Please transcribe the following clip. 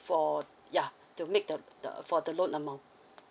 for ya to make the the for the loan amount